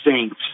Saints